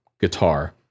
guitar